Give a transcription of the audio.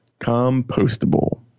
compostable